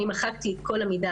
אני מחקתי את כל המידע.